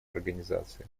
организации